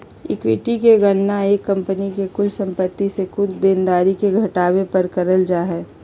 equity के गणना एक कंपनी के कुल संपत्ति से कुल देनदारी के घटावे पर करल जा हय